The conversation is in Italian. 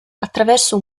attraverso